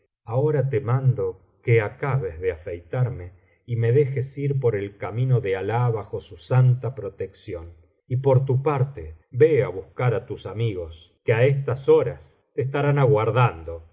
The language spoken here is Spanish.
ahora te mando que acabes de afeitarme y me dejes ir por el camino de alah bajo su santa protección y por tu parte ve á buscar á tus amigos que á estas horas te estarán aguardando